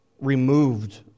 removed